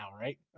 Right